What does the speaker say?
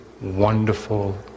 wonderful